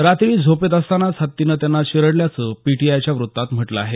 रात्री झोपेत असतांनाचं हत्तीनं त्यांना चिरडल्याचं पीटीआयच्या वृत्तात म्हटलं आहे